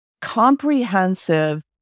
comprehensive